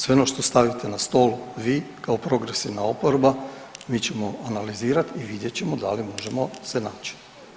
Sve ono što stavite na stol vi kao progresivna oporba mi ćemo analizirati i vidjet ćemo da li možemo se naći.